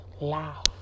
laugh